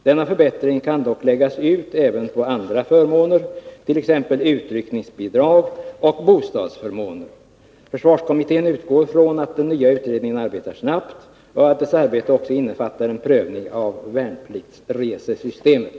Denna förbättring kan dock läggas ut även på andra förmåner, t.ex. utryckningsbidrag och bostadsförmåner. Försvarskommittén utgår från att den nya utredningen arbetar snabbt och att dess arbete också innefattar en prövning av värnpliktsresesystemet.”